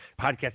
podcast